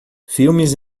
filmes